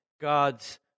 God's